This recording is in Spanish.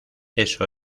eso